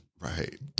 Right